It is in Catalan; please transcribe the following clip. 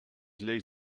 lleis